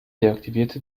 deaktivierte